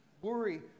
Worry